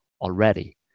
already